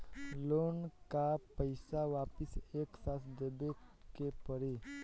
Loan का पईसा वापिस एक साथ देबेके पड़ी?